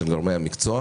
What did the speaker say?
של גורמי המקצוע,